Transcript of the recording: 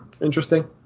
Interesting